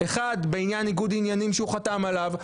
אחד בעניין ניגוד עניינים שהוא חתם עליו,